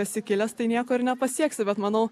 esi kilęs tai nieko ir nepasieksi bet manau